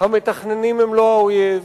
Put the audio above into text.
המתכננים הם לא האויב,